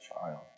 child